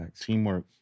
Teamwork